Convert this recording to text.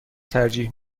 ترجیح